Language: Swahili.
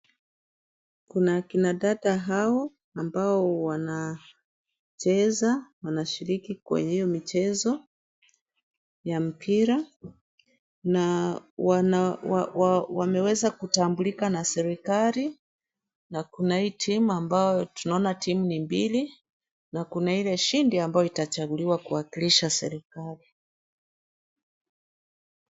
Kuna akina dada hao ambao wanacheza. Wanashiriki kwenye hiyo michezo ya mpira na wameweza kutambulika na serikali na kuna ATM ambayo tunaona timu ni mbili na kuna ile shindi ambayo itachaguliwa kuwakilisha serikali.